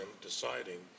deciding